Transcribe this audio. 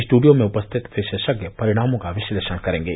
studio में उपस्थित विशेषज्ञ परिणामों का विश्लेषण करेंगे